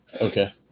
Okay